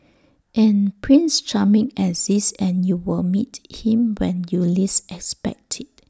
and prince charming exists and you will meet him when you least expect IT